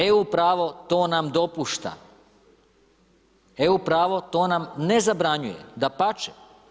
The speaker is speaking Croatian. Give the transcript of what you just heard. EU pravo, to nam dopušta, EU pravo to nam ne zabranjuje, dapače.